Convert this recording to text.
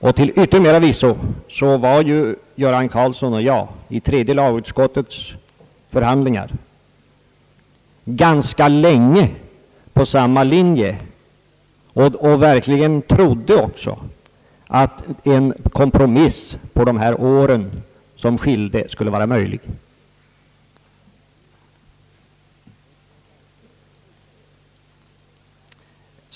Och till yttermera visso var herr Göran Karlsson och jag vid tredje lagutskottets förhandlingar ganska länge på samma linje och trodde verkligen att en kompromiss i fråga om åren som skilde oss åt skulle vara möjlig. Var det inte så?!